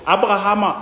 Abraham